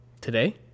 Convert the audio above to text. Today